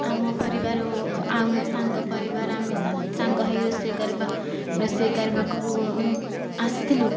ଆମ ପରିବାର ଓ ଆଉ ମୋ ସାଙ୍ଗ ପରିବାର ଆମେ ସାଙ୍ଗ ହୋଇ ରୋଷେଇ କରିବା ରୋଷେଇ କରିବାକୁ ଆସିଥିଲୁ